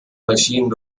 machine